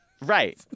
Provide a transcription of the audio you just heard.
Right